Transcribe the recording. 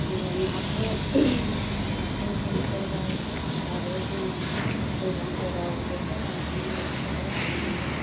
आङो नाखो नाखो हमफेरबाय आरो जोङो दैज्लांफोराव जेखाइ लानानै खबाइ लानानै